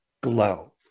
glow